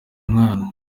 umwana